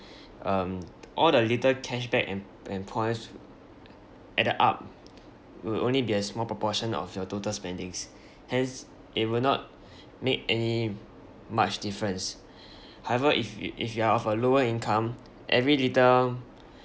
um all the little cashback and and points added up will only be a small proportion of your total spendings hence it will not make any much difference however if if you are of a lower income every little